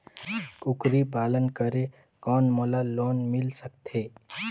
कूकरी पालन करे कौन मोला लोन मिल सकथे?